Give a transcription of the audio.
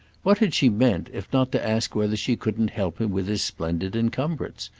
what had she meant if not to ask whether she couldn't help him with his splendid encumbrance,